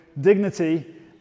dignity